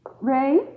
Ray